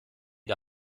der